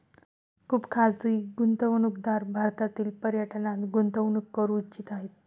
खुप खाजगी गुंतवणूकदार भारतीय पर्यटनात गुंतवणूक करू इच्छित आहे